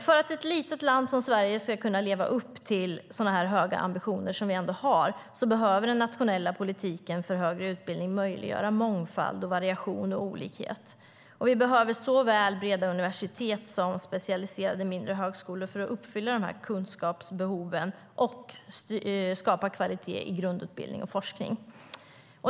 För att ett litet land som Sverige ska kunna leva upp till så höga ambitioner som vi har behöver den nationella politiken för högre utbildning möjliggöra mångfald, variation och olikhet. Vi behöver såväl breda universitet som specialiserade mindre högskolor för att uppfylla kunskapsbehoven och skapa kvalitet i grundutbildning och forskning.